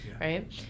right